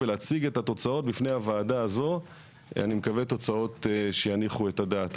ולהציג את התוצאות בפני הוועדה הזו; אני מקווה שהתוצאות יניחו את הדעת.